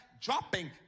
dropping